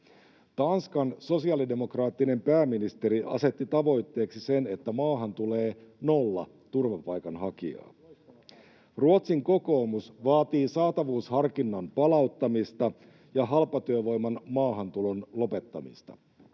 Tanskan sosiaalidemokraattinen pääministeri asetti tavoitteeksi sen, että maahan tulee nolla turvapaikanhakijaa. [Perussuomalaisten ryhmästä: Loistava päätös!] Ruotsin kokoomus vaatii saatavuusharkinnan palauttamista ja halpatyövoiman maahantulon lopettamista.